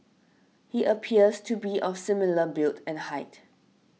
he appears to be of similar build and height